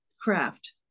craft